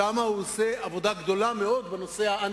שם הוא עושה עבודה גדולה מאוד בנושא האנטי-ביטחון.